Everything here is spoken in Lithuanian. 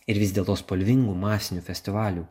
ir vis dėl to spalvingų masinių festivalių